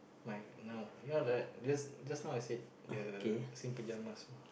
my now yeah the just just now I said the same pyjamas orh